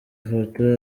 ifoto